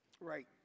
right